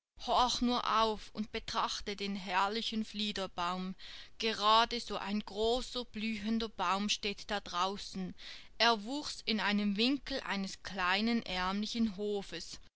nur auf und betrachte den herrlichen fliederbaum gerade so ein großer blühender baum steht da draußen er wuchs in einem winkel eines kleinen ärmlichen hofes